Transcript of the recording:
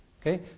Okay